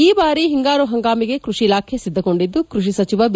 ಈ ಬಾರಿ ಹಿಂಗಾರು ಹಂಗಾಮಿಗೆ ಕೃಷಿ ಇಲಾಖೆ ಸಿದ್ದಗೊಂಡಿದ್ದು ಕೃಷಿ ಸಚಿವ ಬಿ